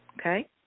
okay